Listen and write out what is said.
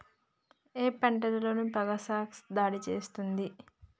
ఏ పంటలో ఫంగస్ దాడి చేస్తుంది?